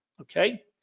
Okay